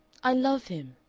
i love him,